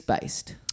based